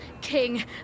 King